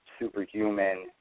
superhuman